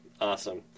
Awesome